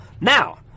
Now